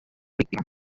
víctima